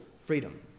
freedom